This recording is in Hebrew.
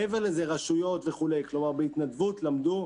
מעבר לזה, רשויות וכו', כלומר בהתנדבות למדו,